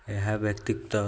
ଏହା ବ୍ୟତିତ